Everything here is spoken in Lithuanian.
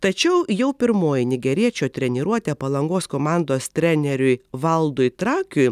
tačiau jau pirmoji nigeriečio treniruotė palangos komandos treneriui valdui trakiui